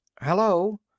hello